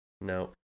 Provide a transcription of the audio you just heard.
No